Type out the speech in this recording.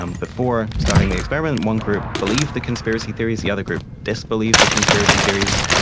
um before starting the experiment, one group believed the conspiracy theories, the other group disbelieved the conspiracy theories.